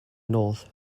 north